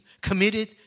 committed